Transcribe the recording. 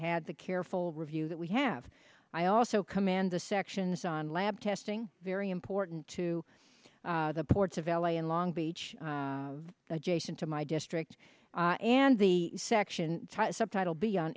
had the careful review that we have i also command the sections on lab testing very important to the ports of l a and long beach adjacent to my district and the section subtitle beyond